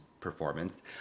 performance